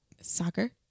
Soccer